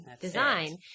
design